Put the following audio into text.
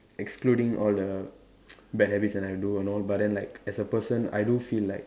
excluding all the bad habits that I do and all but than like as a person I do feel like